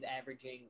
averaging